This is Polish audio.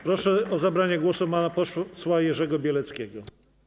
Proszę o zabranie głosu pana posła Jerzego Bieleckiego.